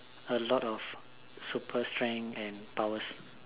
a lot of super strength and powers